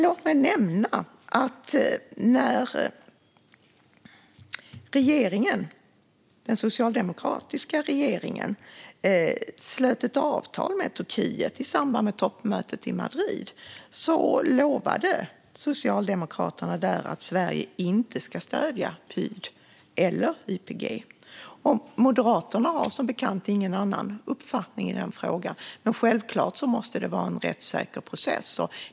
Låt mig nämna att när den socialdemokratiska regeringen slöt ett avtal med Turkiet i samband med toppmötet i Madrid lovade Socialdemokraterna där att Sverige inte ska stödja PYD eller YPG. Moderaterna har som bekant ingen annan uppfattning i den frågan. Självklart måste det vara en rättssäker process.